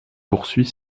poursuit